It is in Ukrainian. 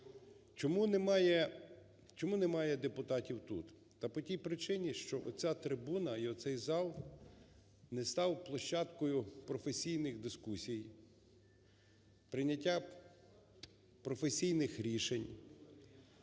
Чому немає депутатів тут? Та по тій причині, що оця трибуна і оцей зал не став площадкою професійних дискусій, прийняття професійних рішень,